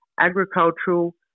agricultural